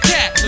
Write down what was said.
Cat